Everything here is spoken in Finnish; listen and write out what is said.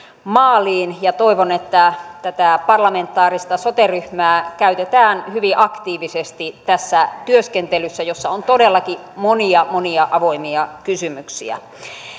maaliin ja toivon että tätä parlamentaarista sote ryhmää käytetään hyvin aktiivisesti tässä työskentelyssä jossa on todellakin monia monia avoimia kysymyksiä